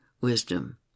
wisdom